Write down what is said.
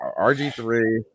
RG3